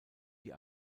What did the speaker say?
die